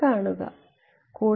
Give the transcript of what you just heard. കൂടെ